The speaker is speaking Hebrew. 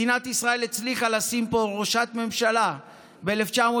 מדינת ישראל הצליחה לשים פה ראשת ממשלה ב-1969,